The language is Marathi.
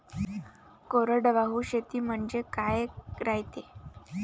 कोरडवाहू शेती म्हनजे का रायते?